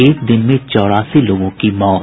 एक दिन में चौरासी लोगों की मौत